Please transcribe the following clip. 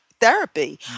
therapy